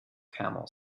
camel